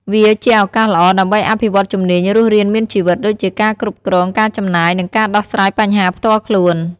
វាជាឱកាសល្អដើម្បីអភិវឌ្ឍជំនាញរស់រានមានជីវិត ដូចជាការគ្រប់គ្រងការចំណាយ និងការដោះស្រាយបញ្ហាផ្ទាល់ខ្លួន។